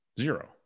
Zero